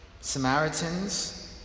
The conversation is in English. Samaritans